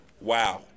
wow